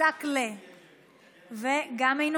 אינו